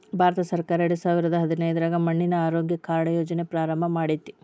ಭಾರತಸರ್ಕಾರ ಎರಡಸಾವಿರದ ಹದಿನೈದ್ರಾಗ ಮಣ್ಣಿನ ಆರೋಗ್ಯ ಕಾರ್ಡ್ ಯೋಜನೆ ಪ್ರಾರಂಭ ಮಾಡೇತಿ